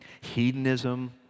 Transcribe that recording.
hedonism